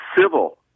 civil